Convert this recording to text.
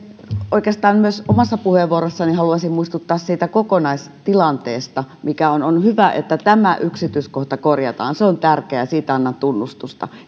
oikeastaan omassa puheenvuorossani haluaisin muistuttaa siitä kokonaistilanteesta mikä on on hyvä että tämä yksityiskohta korjataan se on tärkeää ja siitä annan tunnustusta ja